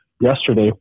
yesterday